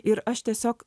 ir aš tiesiog